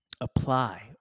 apply